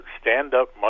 stand-up